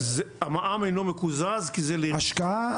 המע"מ אינו מקוזז כי זה --- השקעה,